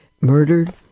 murdered